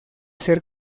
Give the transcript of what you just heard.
ser